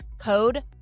Code